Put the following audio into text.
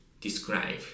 describe